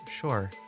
sure